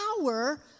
power